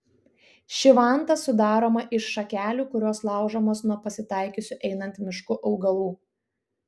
ši vanta sudaroma iš šakelių kurios laužomos nuo pasitaikiusių einant mišku augalų